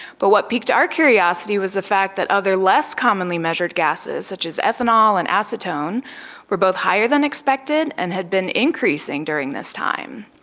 but what piqued our curiosity was the fact that other less commonly measured gases such as ethanol and acetone were both higher than expected and had been increasing during this time.